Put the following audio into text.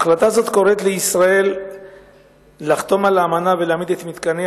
החלטה זאת קוראת לישראל לחתום על האמנה ולהעמיד את מתקניה